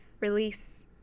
release